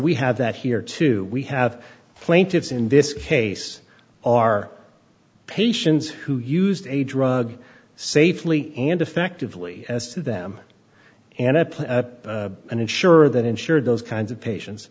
we have that here too we have plaintiffs in this case are patients who used a drug safely and effectively as to them and an insurer that insured those kinds of patien